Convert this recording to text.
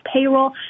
payroll